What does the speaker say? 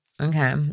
Okay